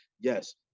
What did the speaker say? Yes